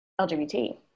LGBT